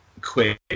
quick